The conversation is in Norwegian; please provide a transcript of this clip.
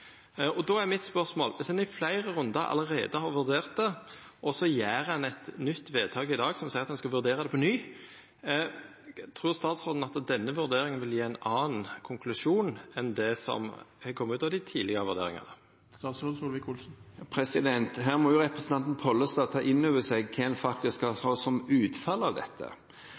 garanti. Då er mitt spørsmål: Viss ein i fleire rundar allereie har vurdert det, og så gjer ein eit nytt vedtak i dag som seier at ein skal vurdera det på ny, trur statsråden at denne vurderinga vil gje ein annan konklusjon enn det som har kome ut av dei tidlegare vurderingane? Her må jo representanten Pollestad ta inn over seg hva som var utfallet av dette.